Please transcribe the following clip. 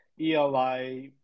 ELI